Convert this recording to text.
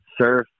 surf